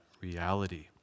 reality